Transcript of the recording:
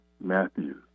matthews